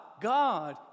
God